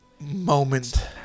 moment